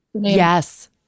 Yes